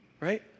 right